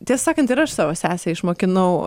tiesą sakant ir aš savo sesę išmokinau